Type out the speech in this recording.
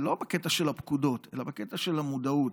ולא בקטע של הפקודות אלא בקטע של המודעות,